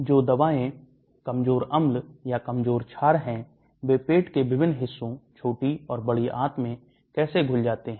जो दवाएं कमजोर अम्ल या कमजोर छार है वे पेट के विभिन्न हिस्सों छोटी और बड़ी आंत में कैसे घुल जाते हैं